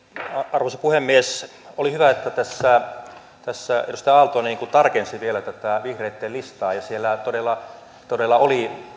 arvoisa puhemies oli hyvä että tässä tässä edustaja aalto tarkensi vielä tätä vihreitten listaa siellä todella todella oli